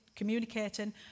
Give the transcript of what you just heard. communicating